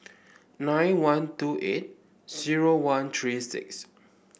nine one two eight zero one three six